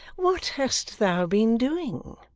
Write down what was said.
what hast thou been doing?